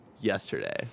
yesterday